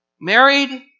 married